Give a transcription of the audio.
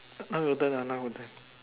now your turn ah now my turn